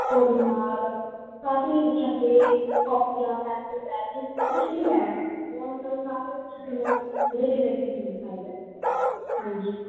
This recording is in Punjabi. ਉਹ ਰੁਮਾਲ ਕਾਫ਼ੀ ਛੱਲੇ ਕਾਪੀਆਂ ਪੈਨਸਿਲ ਬੈਗ ਕੁਛ ਵੀ ਲੈਣਾ ਉਹ ਮਤਲਬ ਸਾਰਾ ਕੁਛ ਤੁਹਾਨੂੰ ਉਹਦੇ ਰਿਲੇਟਡ ਮਿਲ ਸਕਦਾ ਹਾਂਜੀ